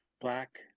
black